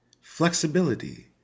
flexibility